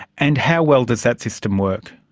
and how well does that system works?